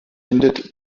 endet